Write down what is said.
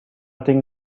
think